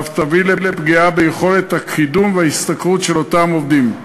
ואף יביא לפגיעה ביכולת הקידום וההשתכרות של אותם עובדים,